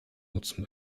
nutzen